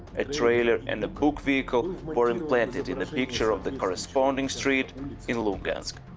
a trailer and a buk vehicle were implanted in the picture of the corresponding street in lugansk.